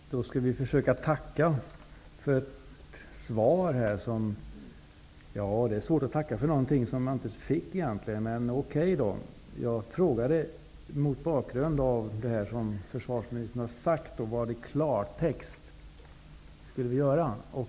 Herr talman! Jag skall försöka tacka för svaret. Ja, det är svårt att tacka för något som jag egentligen inte fick -- men okej. Jag har frågat försvarsministern vad som i klartext skall göras.